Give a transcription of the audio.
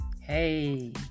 hey